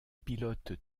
pilotes